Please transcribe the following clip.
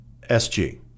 sg